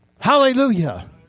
Hallelujah